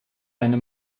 eine